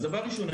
ראשית,